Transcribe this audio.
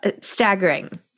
staggering